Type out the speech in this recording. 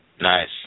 Nice